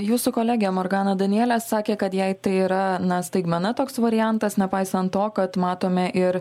jūsų kolegė morgana daniele sakė kad jei tai yra na staigmena toks variantas nepaisant to kad matome ir